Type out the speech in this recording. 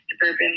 suburban